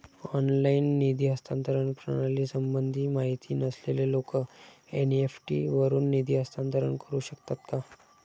Online निधी हस्तांतरण प्रणालीसंबंधी माहिती नसलेले लोक एन.इ.एफ.टी वरून निधी हस्तांतरण करू शकतात का?